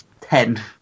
Ten